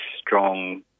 strong